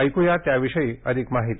ऐकूया याविषयी अधिक माहिती